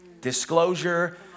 Disclosure